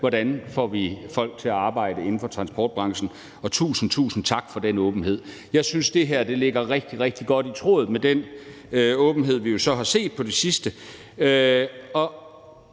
hvordan vi får folk til at arbejde inden for transportbranchen, og tusind, tusind tak for den åbenhed. Jeg synes, det her ligger rigtig, rigtig godt i tråd med den åbenhed, som vi jo så har set på det sidste,